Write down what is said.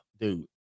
dude